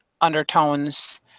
undertones